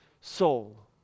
soul